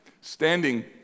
Standing